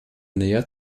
näher